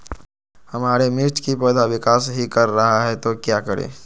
हमारे मिर्च कि पौधा विकास ही कर रहा है तो क्या करे?